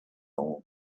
all